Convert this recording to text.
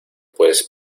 puedes